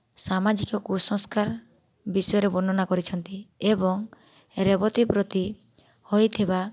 ସାମାଜିକ କୁସଂସ୍କାର ବିଷୟରେ ବର୍ଣ୍ଣନା କରିଛନ୍ତି ଏବଂ ରେବତୀ ପ୍ରତି ହୋଇଥିବା